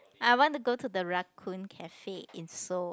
I want to go to the raccoon cafe in Seoul